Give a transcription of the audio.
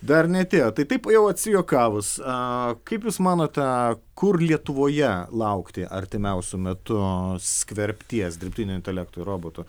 dar neatėjo tai taip jau atsijuokavus kaip jūs manote kur lietuvoje laukti artimiausiu metu skverbties dirbtinio intelekto robotų